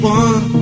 one